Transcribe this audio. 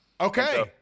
Okay